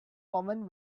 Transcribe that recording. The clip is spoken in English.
woman